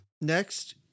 Next